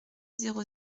zéro